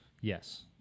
Yes